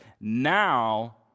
Now